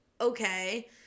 okay